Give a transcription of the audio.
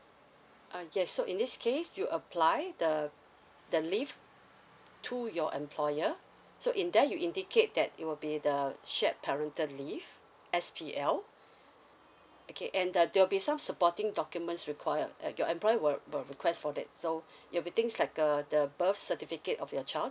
uh yes so in this case you apply the the leave to your employer so in there you indicate that it will be the shared parental leave S_P_L okay and the there'll be some supporting documents required uh your employer will uh request for that so it'll be things like uh the birth certificate of your child